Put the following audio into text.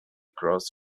cross